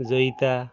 Joyita